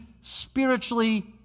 spiritually